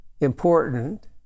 important